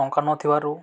ଟଙ୍କା ନଥିବାରୁ